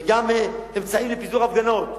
וגם אמצעים לפיזור הפגנות,